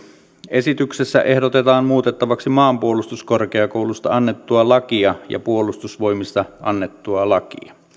esityksessä ehdotetaan muutettavaksi maanpuolustuskorkeakoulusta annettua lakia ja puolustusvoimista annettua lakia